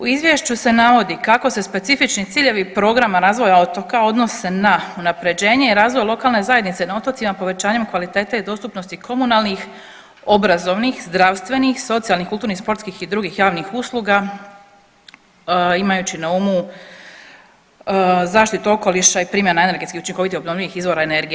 U izvješću se navodi kako se specifični ciljevi programa razvoja otoka odnose na unapređenje i razvoj lokalne zajednice na otocima povećanjem kvalitete i dostupnosti komunalnih, obrazovnih, zdravstvenih, socijalnih, kulturnih, sportskih i drugih javnih usluga imajući na umu zaštitu okoliša i primjena energetski učinkovitih obnovljivih izvora energije.